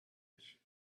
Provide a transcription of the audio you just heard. edge